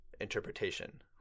interpretation